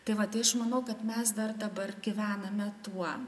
tai vat tai aš manau kad mes dar dabar gyvename tuo